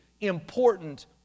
important